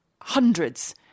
hundreds